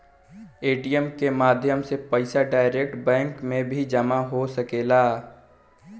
ATM के माध्यम से पईसा डायरेक्ट बैंक में भी जामा हो सकेला